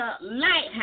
lighthouse